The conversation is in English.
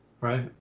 Right